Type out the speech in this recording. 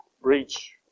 breach